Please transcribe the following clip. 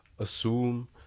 Assume